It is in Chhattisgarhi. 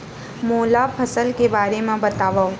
मोला फसल के बारे म बतावव?